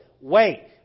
Wait